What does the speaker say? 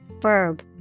verb